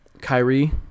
Kyrie